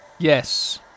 Yes